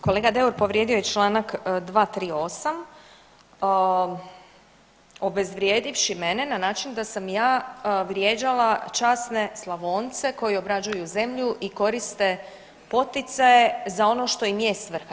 Kolega Duer povrijedio je čl. 238. obezvrijedivši mene na način da sam ja vrijeđala časne Slavonce koji obrađuju zemlju i koriste poticaje za ono što im je svrha.